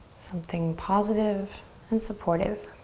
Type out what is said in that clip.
something positive and supportive.